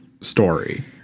story